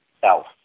self